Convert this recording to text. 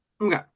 okay